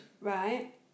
Right